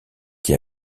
qui